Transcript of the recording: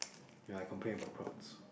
ya I complain about crowds